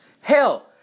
Hell